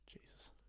Jesus